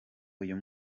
uyu